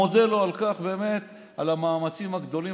מודה לו באמת על המאמצים הגדולים